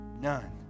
None